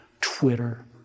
Twitter